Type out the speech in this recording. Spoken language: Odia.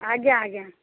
ଆଜ୍ଞା ଆଜ୍ଞା